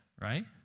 right